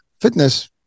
fitness